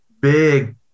big